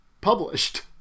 published